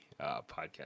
podcast